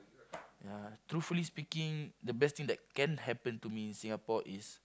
ya truthfully speaking the best thing that can happen to me in Singapore is